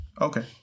Okay